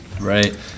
right